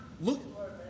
Look